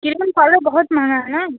cream powder बहुत महंगा है ना